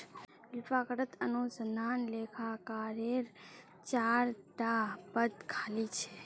फ्लिपकार्टत अनुसंधान लेखाकारेर चार टा पद खाली छ